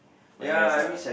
my n_s ah